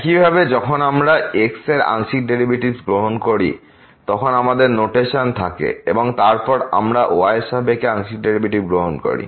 একইভাবে যখন আমরা x এর আংশিক ডেরিভেটিভ গ্রহণ করি তখন আমাদের নোটেশন থাকে এবং তারপরে আমরা y এর সাপেক্ষে আংশিক ডেরিভেটিভ গ্রহণ করি